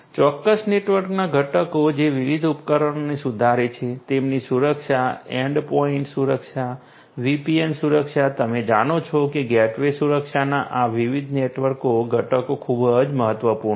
ચોક્કસ નેટવર્કના ઘટકો જે વિવિધ ઉપકરણોને સુધારે છે તેમની સુરક્ષા એન્ડપોઇંટ સુરક્ષા VPN સુરક્ષા તમે જાણો છો કે ગેટવે સુરક્ષાના આ વિવિધ નેટવર્ક ઘટકો ખૂબ જ મહત્વપૂર્ણ છે